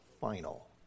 final